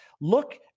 Look